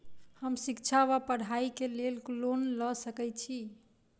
हम शिक्षा वा पढ़ाई केँ लेल लोन लऽ सकै छी?